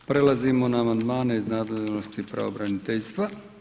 Prelazimo na amandmane iz nadležnosti pravobraniteljstva.